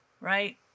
right